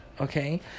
Okay